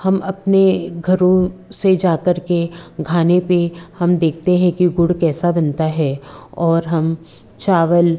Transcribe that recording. हम अपने घरों से जाकर के घाने पे हम देखते हैं कि गुड़ कैसा बनता है और हम चावल